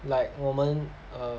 like 我们 err play